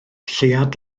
lleuad